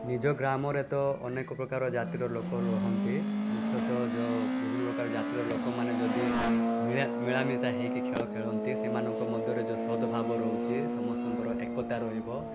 ନିଜ ଗ୍ରାମରେ ତ ଅନେକ ପ୍ରକାର ଜାତିର ଲୋକ ରୁହନ୍ତି ମୁଖ୍ୟତଃ ଯେଉଁ ବିଭିନ୍ନପ୍ରକାର ଜାତିର ଲୋକମାନେ ଯଦି ମିଳା ମିଳାମିଶା ହେଇକି ଖେଳ ଖେଳନ୍ତି ସେମାନଙ୍କ ମଧ୍ୟରେ ଯେଉଁ ସଦ୍ଭାବ ରହୁଛି ସମସ୍ତଙ୍କର ଏକତା ରହିବ